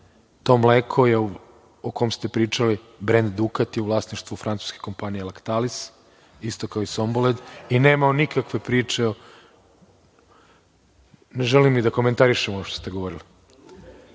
to mleko o kom ste pričali, brend „Dukat“ je u vlasništvu francuske kompanije „Laktalis“, isto kao i „Somboled“ i nema nikakve priče, ne želim ni da komentarišem ono što ste govorili. Želim